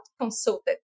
consulted